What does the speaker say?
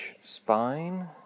spine